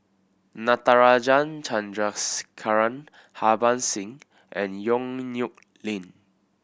Natarajan Chandrasekaran Harbans Singh and Yong Nyuk Lin